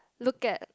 look at